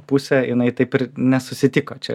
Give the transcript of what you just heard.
pusė jinai taip ir nesusitiko čia